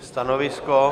Stanovisko?